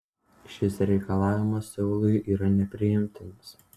šis reikalavimas seului yra nepriimtinas